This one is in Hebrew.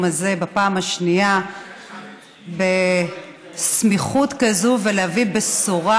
הזה בפעם השנייה בסמיכות כזו ולהביא בשורה,